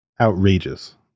outrageous